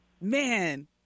man –